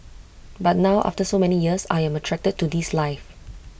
but now after so many years I'm attracted to this life